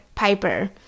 Piper